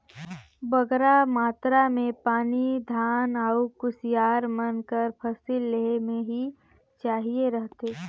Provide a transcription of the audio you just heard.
बगरा मातरा में पानी धान अउ कुसियार मन कर फसिल लेहे में ही चाहिए रहथे